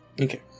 Okay